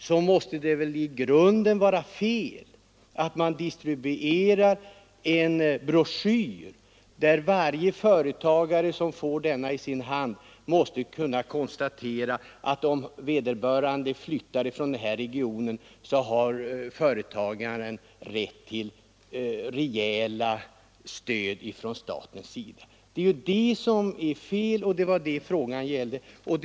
Då måste det väl vara fel att distribuera en broschyr, där företagarna kan konstatera, att därest företaget flyttar från regionen utgår ett rejält stöd från staten. Frågan gällde denna felinformation.